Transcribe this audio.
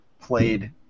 played